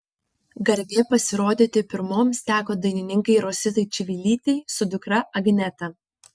garbė pasirodyti pirmoms teko dainininkei rositai čivilytei su dukra agneta